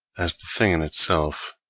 as the thing-in-itself,